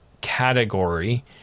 category